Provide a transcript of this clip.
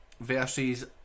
versus